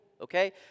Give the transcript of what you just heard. okay